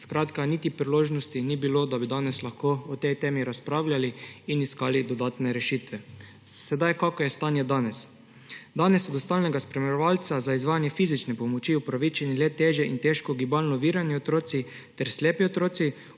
Skratka, niti priložnosti ni bilo, da bi danes lahko o tej temi razpravljali in iskali dodatne rešitve. Kakšno je stanje danes? Danes so do stalnega spremljevalca za izvajanje fizične pomoči upravičeni le težje in težko gibalno ovirani otroci ter slepi otroci;